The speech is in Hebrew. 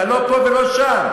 אתה לא פה ולא שם.